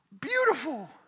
Beautiful